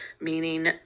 Meaning